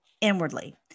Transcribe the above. inwardly